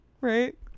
Right